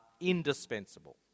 indispensable